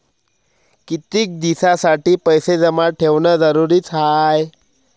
कितीक दिसासाठी पैसे जमा ठेवणं जरुरीच हाय?